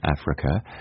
Africa